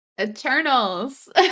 eternals